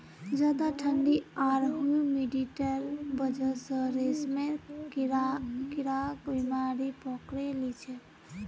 ज्यादा ठंडी आर ह्यूमिडिटीर वजह स रेशमेर कीड़ाक बीमारी पकड़े लिछेक